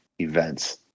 events